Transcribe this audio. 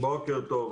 בוקר טוב,